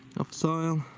of soil.